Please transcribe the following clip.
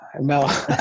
No